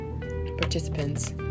participants